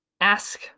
ask